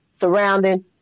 surrounding